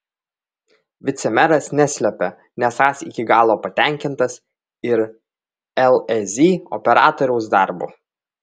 vicemeras neslepia nesąs iki galo patenkintas ir lez operatoriaus darbu